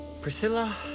Priscilla